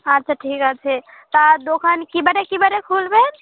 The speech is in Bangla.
আচ্ছা ঠিক আছে তা দোকান কী বারে কী বারে খুলবেন